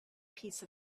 piece